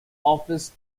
office